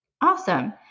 Awesome